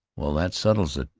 well, that settles it,